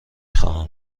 خواهم